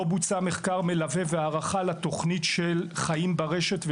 לא בוצע מחקר מלווה והארכה לתוכנית של חיים ברשת,